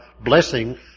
blessing